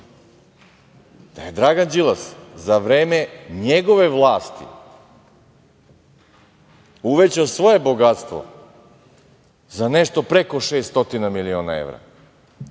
da je Dragan Đilas za vreme njegove vlasti uvećao svoje bogatstvo za nešto preko 600 miliona evra,